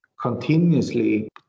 continuously